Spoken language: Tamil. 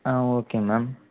ah okay ma'am